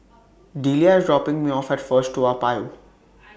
Delia IS dropping Me off At First Toa Payoh